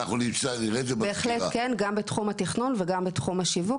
גם בתחום התכנון וגם בתחום השיווק,